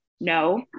No